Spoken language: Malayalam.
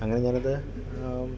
അങ്ങനെ ഞാനത്